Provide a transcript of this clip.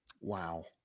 Wow